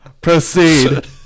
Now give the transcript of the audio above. Proceed